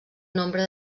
nombre